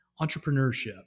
entrepreneurship